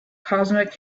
cosmic